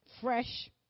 Fresh